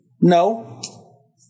No